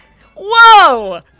whoa